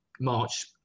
March